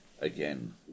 again